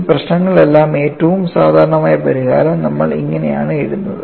ഈ പ്രശ്നങ്ങളിലെല്ലാം ഏറ്റവും സാധാരണമായ പരിഹാരം നമ്മൾ ഇങ്ങനെയാണ് എഴുതുന്നത്